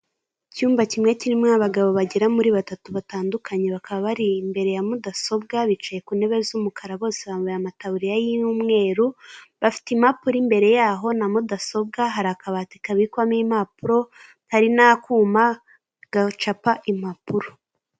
Icyumba kimwe kirimo abagabo bagera muri batatu batandukanye bakaba bari imbere ya mudasobwa bicaye k’ intebe z'umukara bose bambaye ama tabuririya y'umweru bafite impapuro imbere yaho na mudasobwa hari akabati kabikwamo impapuro hari n'akuma gacapa impapuro.